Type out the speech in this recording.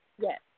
Yes